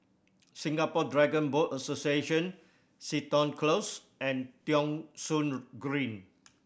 Singapore Dragon Boat Association Seton Close and Thong Soon Green